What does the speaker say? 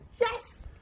Yes